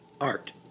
art